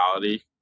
reality